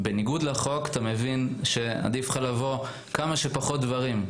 בניגוד לחוק אתה מבין שעדיף לך לבוא עם כמה שפחות דברים,